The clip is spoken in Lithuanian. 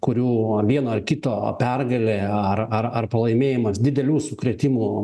kurių vieno ar kito pergalė ar ar ar pralaimėjimas didelių sukrėtimų